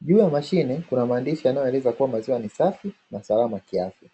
juu ya mashine kuna maandishi yanayoeleza kuwa maziwa ni safi na salama kiafya.